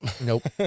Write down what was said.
Nope